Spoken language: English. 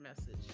message